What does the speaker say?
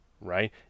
right